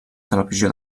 televisió